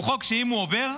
הוא חוק שאם הוא עובר,